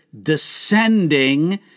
descending